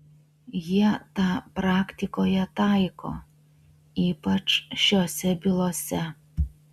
jie tą praktikoje taiko ypač šiose bylose